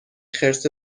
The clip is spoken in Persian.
خرس